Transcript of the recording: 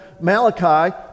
Malachi